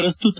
ಪ್ರಸ್ತುತ